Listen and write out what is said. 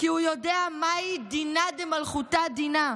כי הוא יודע מהו דינא דמלכותא, דינא.